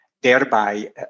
thereby